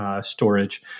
storage